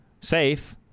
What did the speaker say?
safe